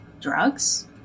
drugs